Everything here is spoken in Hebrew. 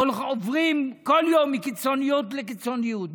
עוברים כל יום מקיצוניות לקיצוניות.